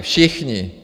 Všichni.